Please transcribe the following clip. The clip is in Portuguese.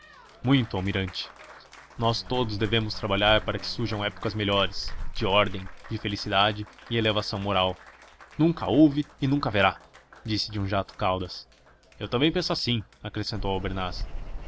muito almirante nós todos devemos trabalhar para que surjam épocas melhores de ordem de felicidade e evolução moral nunca houve e nunca haverá disse de um jato caldas eu também penso assim acrescentou